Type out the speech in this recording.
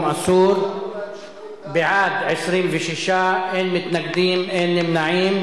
של הפרעה ממשית לתנועה.